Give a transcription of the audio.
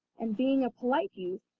and being a polite youth,